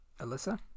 Alyssa